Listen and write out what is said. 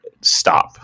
Stop